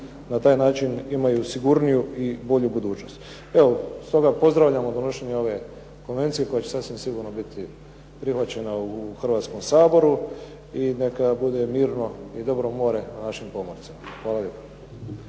na taj način imaju sigurniju i bolju budućnost. Evo, stoga pozdravljamo donošenje ove konvencije koja će sasvim sigurno biti prihvaćena u Hrvatskom saboru. I dakle da bude mirno i dobro more našim pomorcima. Hvala lijepo.